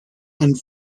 and